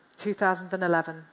2011